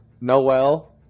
Noel